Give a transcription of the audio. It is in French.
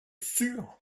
sûr